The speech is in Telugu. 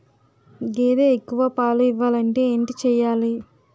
గేదె ఎక్కువ పాలు ఇవ్వాలంటే ఏంటి చెయాలి?